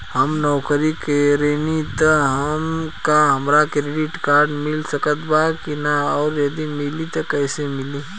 हम नौकरी करेनी त का हमरा क्रेडिट कार्ड मिल सकत बा की न और यदि मिली त कैसे मिली?